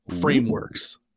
frameworks